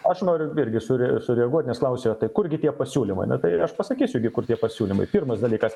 aš noriu irgi suri sureaguot nes klausia tai kurgi tie pasiūlymai na tai ir aš pasakysiu kur tie pasiūlymai pirmas dalykas